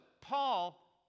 Paul